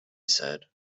said